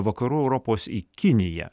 vakarų europos į kiniją